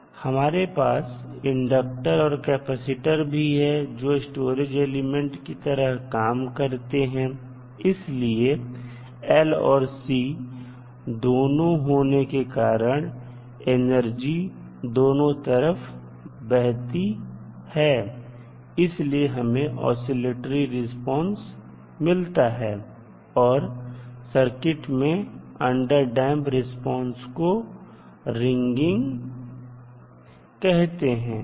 यहां हमारे पास इंडक्टर और कैपेसिटर भी है जो स्टोरेज एलिमेंट की तरह काम करते हैं इसलिए L और C दोनों होने के कारण एनर्जी दोनों तरफ बहती है इसलिए हमें ऑस्किलेटरी रिस्पांस मिलता है और सर्किट में अंडरडैंप रिस्पांस को रिंगिंग कहते हैं